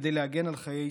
כדי להגן על חיי ישראלים.